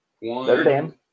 one